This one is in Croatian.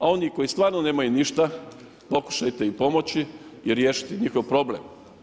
A oni koji stvarno nemaju ništa, pokušajte im pomoći i riješiti njihov problem.